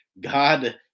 God